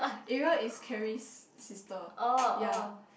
Ariel is Carrie's sister ya